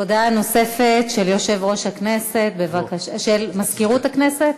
הודעה נוספת, של מזכירות הכנסת.